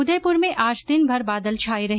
उदयपुर में आज दिनभर बादल छाये रहे